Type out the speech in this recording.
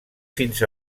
fins